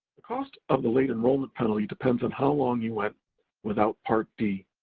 the cost of the late enrollment penalty depends on how long you went without part d,